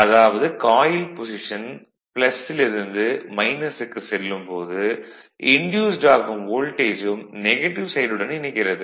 அதாவது coil position ல் இருந்து க்கு செல்லும் போது இன்டியூஸ் ஆகும் வோல்டேஜ் ம் நெகட்டிவ் சைடுடன் இணைகிறது